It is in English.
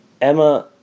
Emma